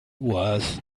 was